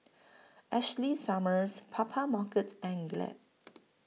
Ashley Summers Papermarket and Glade